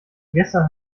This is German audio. gestern